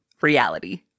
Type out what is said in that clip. reality